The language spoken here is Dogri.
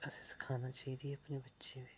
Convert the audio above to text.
असें सखाना चाहिदी अपने बच्चें बी